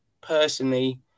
personally